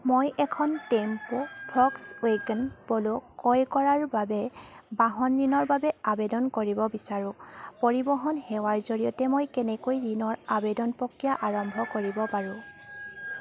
মই এখন tempo Volkswagen Polo ক্ৰয় কৰাৰ বাবে বাহন ঋণৰ বাবে আবেদন কৰিব বিচাৰো পৰিবহণ সেৱাৰ জৰিয়তে মই কেনেকৈ ঋণৰ আবেদন প্ৰক্ৰিয়া আৰম্ভ কৰিব পাৰো